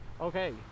Okay